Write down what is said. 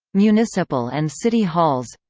municipal and city halls